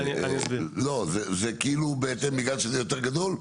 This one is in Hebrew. זה כאילו בגלל שזה יותר גדול?